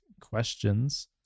questions